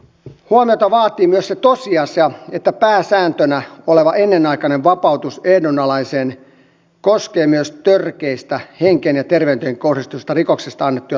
huomiota vaatii myös se tosiasia että pääsääntönä oleva ennenaikainen vapautus ehdonalaiseen koskee myös törkeistä henkeen ja terveyteen kohdistuvista rikoksista annettuja tuomioita